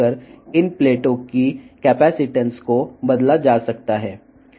మరియు ఈ ప్లేట్ల కెపాసిటెన్స్ను వివిధ రకాల యాక్యుయేటర్ల ద్వారా ఖాళీని మార్చవచ్చును